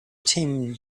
tim